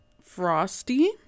Frosty